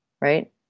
right